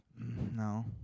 No